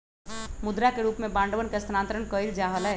मुद्रा के रूप में बांडवन के स्थानांतरण कइल जा हलय